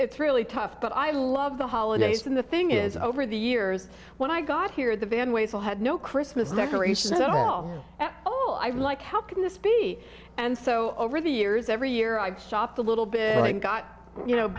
it's really tough but i love the holidays from the thing is over the years when i got here in the van ways i had no christmas decorations at all at all i'm like how can this be and so over the years every year i've shopped a little bit and got you know